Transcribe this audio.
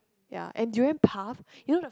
ya and durian puff you know the